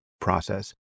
process